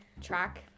track